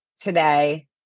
today